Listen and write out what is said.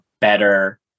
better